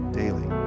daily